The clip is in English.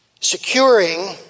securing